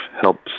helps